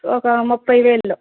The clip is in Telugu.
ఒక ముప్పై వేలలో